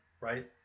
right